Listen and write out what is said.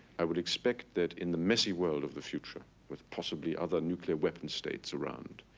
i would expect that in the messy world of the future, with possibly other nuclear weapons states around,